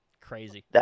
Crazy